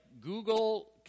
Google